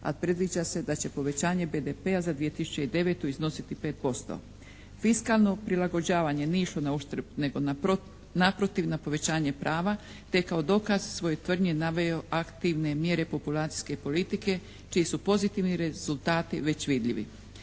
a predviđa se da će povećanje BDP-a za 2009. iznositi 5%. Fiskalno prilagođavanje nije išlo na uštrb, nego naprotiv na povećanje prava te je kao dokaz svojoj tvrdnji naveo aktivne mjere populacijske politike čiji su pozitivni rezultati već vidljivi.